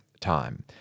time